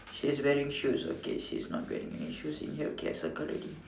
she's wearing shoes okay she's not wearing any shoes in here okay I circle already